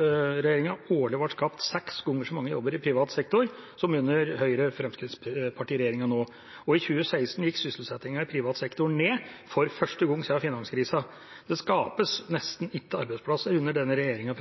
årlig ble skapt seks ganger så mange jobber i privat sektor som under Høyre–Fremskrittsparti-regjeringa nå. I 2016 gikk sysselsettingen i privat sektor ned for første gang siden finanskrisen. Det skapes nesten ikke arbeidsplasser under denne regjeringa.